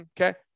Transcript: Okay